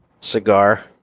cigar